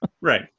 Right